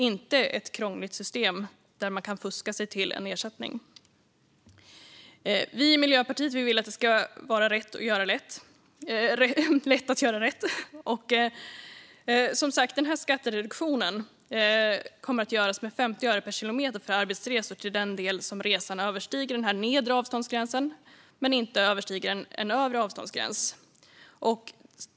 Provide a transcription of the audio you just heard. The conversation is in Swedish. Nu slipper vi ett krångligt system där man kan fuska sig till ersättning. Miljöpartiet vill att det ska vara lätt att göra rätt. Skattereduktion ska göras med 50 öre per kilometer på den del av arbetsresan som överstiger den nedre avståndsgränsen men inte den övre avståndsgränsen.